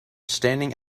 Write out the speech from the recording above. standing